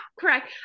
correct